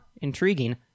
intriguing